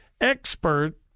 expert